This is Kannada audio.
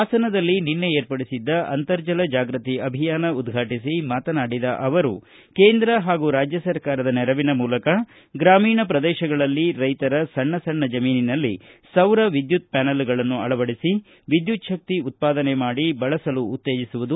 ಹಾಸನದಲ್ಲಿ ನಿನ್ನೆ ಏರ್ಪಡಿಸಿದ್ದ ಅಂತರ್ಜಲ ಜಾಗೃತಿ ಅಭಿಯಾನ ಉದ್ವಾಟಿಸಿ ಮಾತನಾಡಿದ ಅವರು ಕೇಂದ್ರ ಹಾಗೂ ರಾಜ್ಯ ಸರ್ಕಾರದ ನೆರವಿನ ಮೂಲಕ ಗ್ರಾಮೀಣ ಪ್ರದೇಶಗಳಲ್ಲಿ ರೈತರ ಸಣ್ಣ ಸಣ್ಣ ಜಮೀನಿನಲ್ಲಿ ಸೌರ ವಿದ್ದುತ್ ಪ್ಥಾನಲ್ಗಳನ್ನು ಅಳವಡಿಸಿ ವಿದ್ಯುಚ್ನಕ್ತಿ ಉತ್ಪಾದನೆ ಮಾಡಿ ಬಳಸಲು ಉತ್ತೇಜಸುವುದು